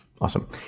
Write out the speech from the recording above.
Awesome